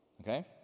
Okay